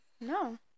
No